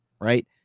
right